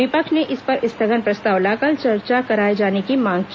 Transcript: विपक्ष ने इस पर स्थगन प्रस्ताव लाकर चर्चा कराए जाने की मांग की